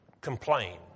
complain